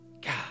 God